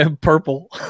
purple